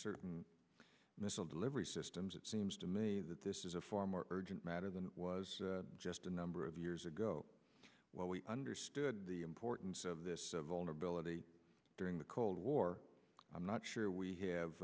certain missile delivery systems it seems to me that this is a far more urgent matter than it was just a number of years ago when we understood the importance of this vulnerability during the cold war i'm not sure we have